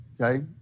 okay